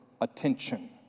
attention